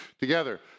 together